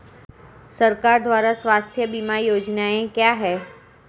सरकार द्वारा स्वास्थ्य बीमा योजनाएं क्या हैं?